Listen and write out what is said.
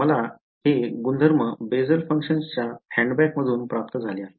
मला हे गुणधर्म बेसल फंक्शनच्या हँडबुकमधून प्राप्त झाले आहेत